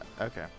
Okay